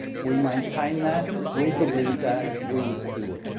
we maintain that, we believe that, we would do it.